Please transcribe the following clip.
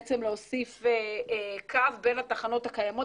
בעצם להוסיף קו בין התחנות הקיימות,